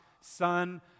Son